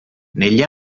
negli